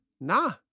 Nah